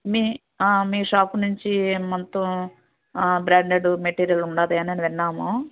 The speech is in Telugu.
మీ మీ షాపు నుంచి మొత్తం బ్రాండెడ్ మెటీరియల్ ఉందని విన్నాము